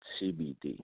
CBD